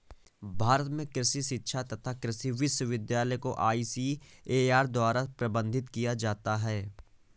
भारत में कृषि शिक्षा तथा कृषि विश्वविद्यालय को आईसीएआर द्वारा प्रबंधित किया जाता है